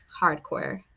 hardcore